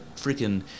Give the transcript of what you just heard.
freaking